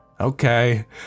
Okay